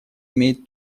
имеет